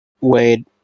Wade